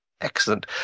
Excellent